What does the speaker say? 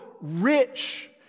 rich